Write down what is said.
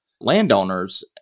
landowners